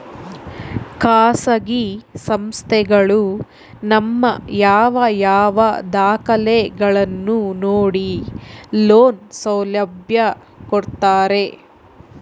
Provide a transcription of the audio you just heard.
ಖಾಸಗಿ ಸಂಸ್ಥೆಗಳು ನಮ್ಮ ಯಾವ ಯಾವ ದಾಖಲೆಗಳನ್ನು ನೋಡಿ ಲೋನ್ ಸೌಲಭ್ಯ ಕೊಡ್ತಾರೆ?